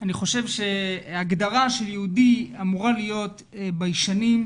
אני חושב שהגדרה של יהודי אמורה להיות ביישנים,